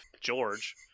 George